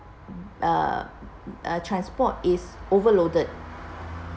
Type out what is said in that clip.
uh uh transport is overloaded